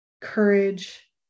courage